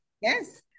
Yes